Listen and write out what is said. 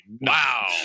Wow